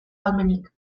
ahalmenik